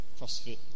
CrossFit